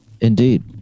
Indeed